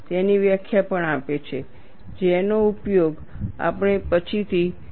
તેની વ્યાખ્યા પણ આપે છે જેનો ઉપયોગ આપણે પછીથી ડેરિવેશનમાં કરીશું